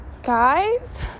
Guys